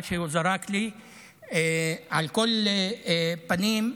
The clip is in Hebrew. על כל פנים,